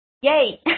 Yay